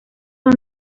son